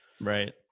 Right